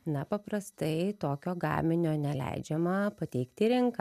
na paprastai tokio gaminio neleidžiama pateikt į rinką